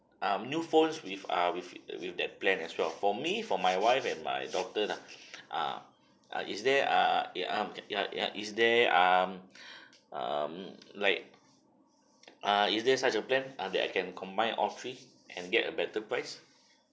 um new phone with ah with with that plan as well for me for my wife and my daughter lah ah ah is there err ya um ya ya is there um um like err is there such a plan ah that I can combine all three and get a better price